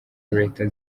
leta